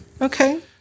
Okay